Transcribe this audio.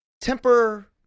temper